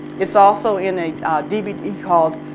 it's also in a dvd called